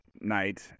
night